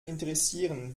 interessieren